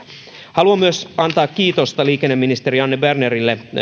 haluan myös antaa kiitosta liikenneministeri anne bernerille